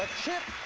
chip,